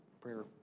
prayer